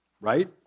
right